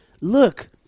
Look